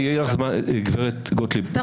טלי, גב' גוטליב, אותך לא מעניין שום דבר.